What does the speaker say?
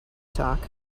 talk